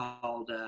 called